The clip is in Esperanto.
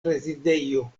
rezidejo